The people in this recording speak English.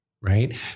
right